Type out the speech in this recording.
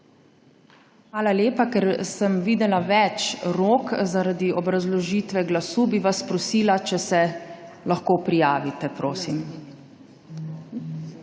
Hvala lepa. Ker sem videla več rok zaradi obrazložitve glasu, bi vas prosila, če se lahko prijavite, prosim.